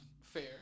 Fair